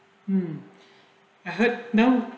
um I heard no